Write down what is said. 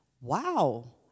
wow